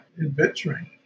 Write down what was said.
adventuring